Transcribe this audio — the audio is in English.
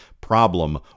problem